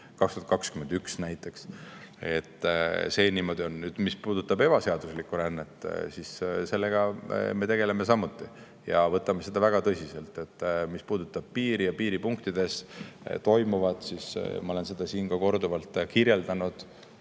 2021. See on nüüd niimoodi. Mis puudutab ebaseaduslikku rännet, siis selle teemaga me tegeleme samuti ja võtame seda väga tõsiselt. Mis puudutab piiri ja piiripunktides toimuvat, siis ma olen seda siin korduvalt kirjeldanud.